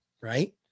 right